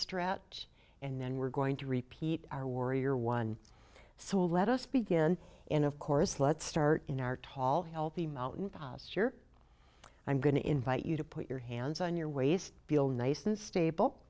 strout and then we're going to repeat our warrior one so let us begin and of course let's start in our tall healthy mountain posture i'm going to invite you to put your hands on your waist feel nice and stable